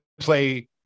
play